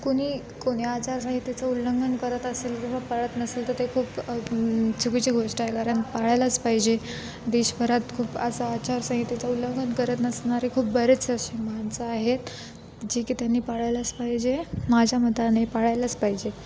कुणी कोणी आचारसंहितेचं उल्लंघन करत असेल किंवा पाळत नसेल तर ते खूप चुकीची गोष्ट आहे कारण पाळायलाच पाहिजे देशभरात खूप असं आचारसंहितेचं उल्लंघन करत नसणारे खूप बरेचसे असे माणसं आहेत जे की त्यांनी पाळायलाच पाहिजे माझ्या मताने पाळायलाच पाहिजे